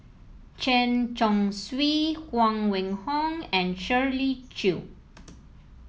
Chen Chong Swee Huang Wenhong and Shirley Chew